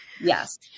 Yes